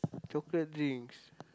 chocolate drinks